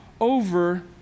over